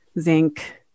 zinc